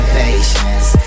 patience